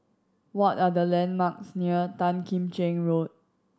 what are the landmarks near Tan Kim Cheng Road